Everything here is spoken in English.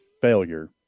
failure